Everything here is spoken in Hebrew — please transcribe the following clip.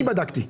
אני בדקתי.